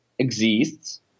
exists